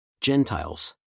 Gentiles